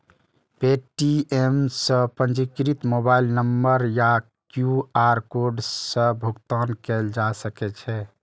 Paytm सं पंजीकृत mobile number आ क्यू.आर कोड सं भुगतान कैल जा सकै छै